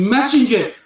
Messenger